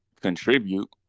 contribute